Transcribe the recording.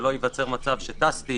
שלא ייווצר מצב שטסתי,